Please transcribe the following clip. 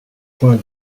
point